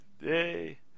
yay